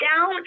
down